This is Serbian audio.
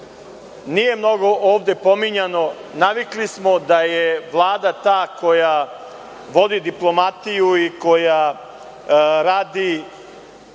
nije mnogo ovde pominjano. Navikli smo da je Vlada ta koja vodi diplomatiju i koja radi